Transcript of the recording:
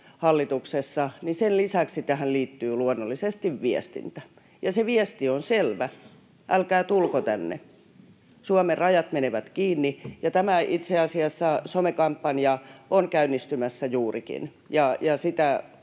hallituksessa, tähän liittyy luonnollisesti viestintä, ja se viesti on selvä: Älkää tulko tänne. Suomen rajat menevät kiinni. Tämä some-kampanja on itse asiassa käynnistymässä juurikin, ja sitä